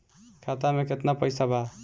खाता में केतना पइसा बा?